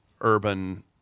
urban